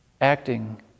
acting